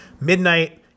midnight